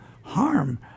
harm